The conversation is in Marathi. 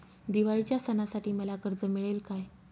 दिवाळीच्या सणासाठी मला कर्ज मिळेल काय?